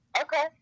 Okay